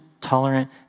tolerant